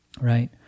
Right